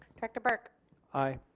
director burke aye.